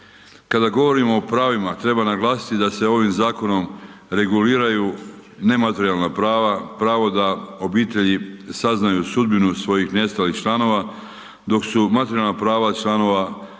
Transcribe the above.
Kada govorimo o pravima, treba naglasiti da se ovim zakonom reguliraju nematerijalna prava, pravo da obitelji saznaju sudbinu svojih nestalih članova dok su materijalna prava članova